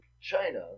China